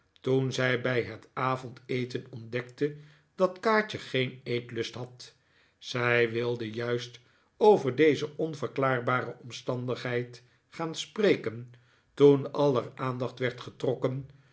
toen zij bij het avondeten ontdekte dat kaatje geen eetlust had zij wilde juist over deze onverklaarbare omstandigheid gaan spreken toen aller aandacht werd getrokken